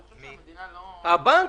הבנק.